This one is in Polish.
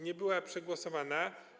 Nie była przegłosowana.